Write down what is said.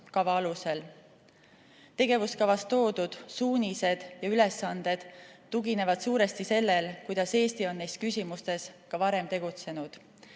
alusel. Tegevuskavas toodud suunised ja ülesanded tuginevad suuresti sellele, kuidas Eesti on neis küsimustes ka varem tegutsenud.